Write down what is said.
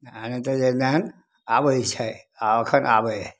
आ नै हय तऽ लाएन अबय छै आब एखन आबय हय